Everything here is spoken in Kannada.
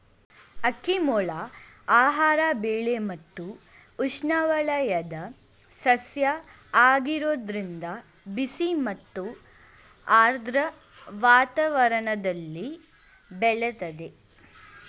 ಅಕ್ಕಿಮೂಲ ಆಹಾರ ಬೆಳೆ ಮತ್ತು ಉಷ್ಣವಲಯದ ಸಸ್ಯ ಆಗಿರೋದ್ರಿಂದ ಬಿಸಿ ಮತ್ತು ಆರ್ದ್ರ ವಾತಾವರಣ್ದಲ್ಲಿ ಬೆಳಿತದೆ